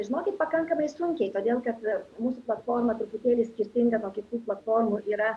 žinokit pakankamai sunkiai todėl kad mūsų platforma truputėlį skirtinga nuo kitų platformų yra